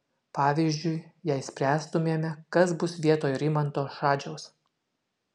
pavyzdžiui jei spręstumėme kas bus vietoj rimanto šadžiaus